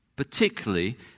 particularly